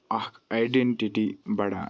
اَکھ آڈیٚنٹِٹِی بَڑان